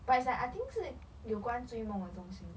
but it's like I think 是有关追梦的东西